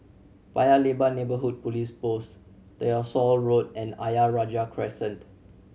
Paya Lebar Neighbourhood Police Post Tyersall Road and Ayer Rajah Crescent